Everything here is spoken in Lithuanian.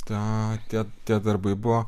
tą tie tie darbai buvo